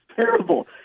terrible